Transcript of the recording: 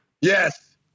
Yes